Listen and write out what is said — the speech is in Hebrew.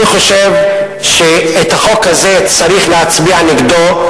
אני חושב שהחוק הזה, צריך להצביע נגדו.